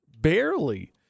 Barely